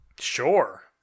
Sure